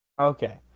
Okay